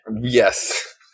Yes